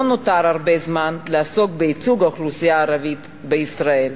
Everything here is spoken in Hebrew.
נותר הרבה זמן לעסוק בייצוג האוכלוסייה הערבית בישראל.